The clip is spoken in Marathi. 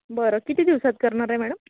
बरं किती दिवसात करणार आहे मॅडम